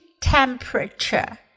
temperature